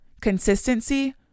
Consistency